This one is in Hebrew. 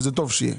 וטוב שיהיה.